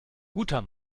guter